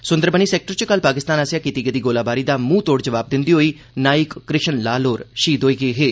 Sunderbani sector च कल पाकिस्तान आस्सेआ कीती गेदी गोलाबारी दा मूहं तोड़ जवाब दिंदे होई नाईक कृष्ण लाल होर शहीद होई गे हे